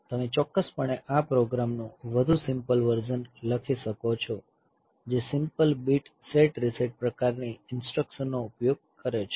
તમે ચોક્કસપણે આ પ્રોગ્રામનું વધુ સિમ્પલ વર્ઝન લખી શકો છો જે સિમ્પલ બીટ સેટ રીસેટ પ્રકારની ઇન્સટ્રકશન નો ઉપયોગ કરે છે